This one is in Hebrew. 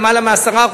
למעלה מ-10%,